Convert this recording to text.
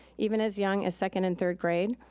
even as young as second and third grade.